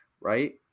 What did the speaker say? right